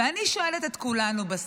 ואני שואלת את כולנו בסוף: